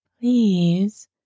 Please